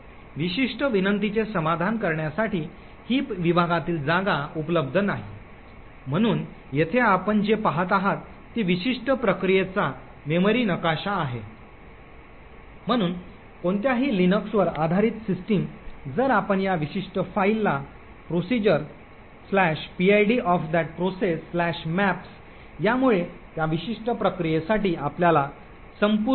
विशिष्ट विनंतीचे समाधान करण्यासाठी हीप विभागातील जागा उपलब्ध नाही म्हणून येथे आपण जे पाहत आहात ती विशिष्ट प्रक्रियेचा मेमरी नकाशा आहे म्हणून कोणत्याही लिनक्सवर आधारित सिस्टम जर आपण या विशिष्ट फाइलला procPID of that processmaps यामुळे त्या विशिष्ट प्रक्रियेसाठी आपल्याला संपूर्ण आभासी पत्त्याची जागा मिळेल